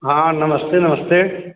हाँ नमस्ते नमस्ते